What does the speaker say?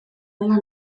dela